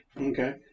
Okay